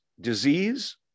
disease